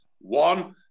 One